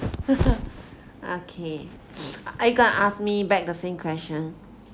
okay are you going to ask me back the same question